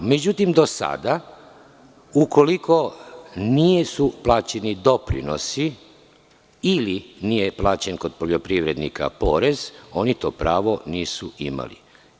Međutim, do sada, ukoliko nisu plaćeni doprinosi ili nije plaćen porez kod poljoprivrednika, oni to pravo nisu imali.